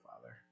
Father